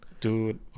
Dude